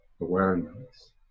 Awareness